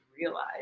realize